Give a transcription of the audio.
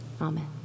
Amen